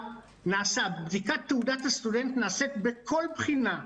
בדיקת תעודת הסטודנט נעשית בכל בחינה,